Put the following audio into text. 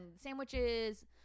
sandwiches